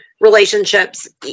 relationships